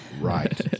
right